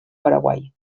paraguai